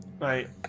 right